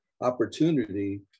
opportunity